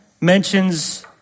mentions